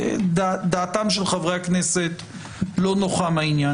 דעתם של חברי הכנסת לא נוחה ממנה.